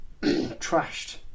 trashed